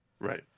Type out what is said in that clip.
Right